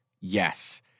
Yes